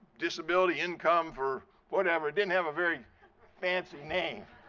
disability income for whatever, it didn't have a very fancy name.